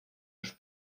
los